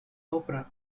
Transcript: opera